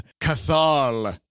Cathal